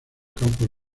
campos